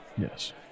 Yes